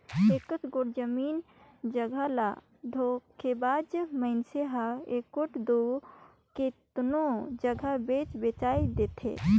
एकेच गोट जमीन जगहा ल धोखेबाज मइनसे हर एगोट दो केतनो जगहा बेंच बांएच देथे